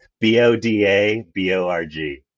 B-O-D-A-B-O-R-G